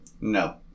No